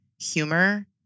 humor